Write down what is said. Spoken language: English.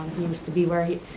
used to be where he,